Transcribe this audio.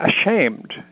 ashamed